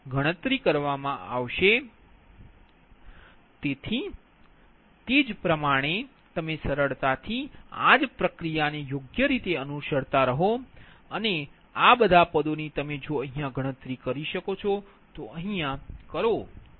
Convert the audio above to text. તેથી તે જ પ્રમાણે તમે સરળતાથી આ જ પ્રક્રિયાને યોગ્ય રીતે અનુસરતા આ અધિકારની ગણતરી કરી શકો છો